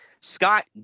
Scott